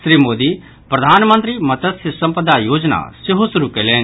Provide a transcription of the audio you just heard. श्री मोदी प्रधानमंत्री मत्स्य संपदा योजना सेहो शुरू कयलनि